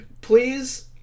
Please